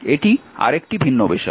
এটি আরেকটি ভিন্ন বিষয়